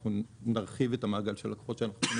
אנחנו נרחיב את המעגל של לקוחות שאנחנו פונים